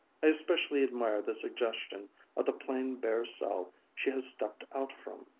i especially admire the suggestion of the plain bare cell she has stepped out from.